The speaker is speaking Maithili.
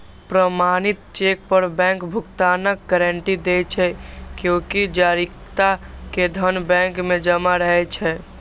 प्रमाणित चेक पर बैंक भुगतानक गारंटी दै छै, कियैकि जारीकर्ता के धन बैंक मे जमा रहै छै